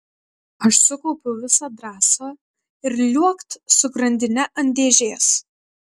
aš sukaupiau visą drąsą ir liuokt su grandine ant dėžės